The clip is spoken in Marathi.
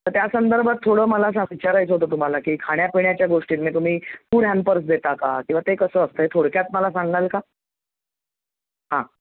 तर त्यासंदर्भात थोडं मला सा विचारायचं होतं तुम्हाला की खाण्यापिण्याच्या गोष्टींनी तुम्ही फूड हॅम्पर्स देता का किंवा ते कसं असतं हे थोडक्यात मला सांगाल का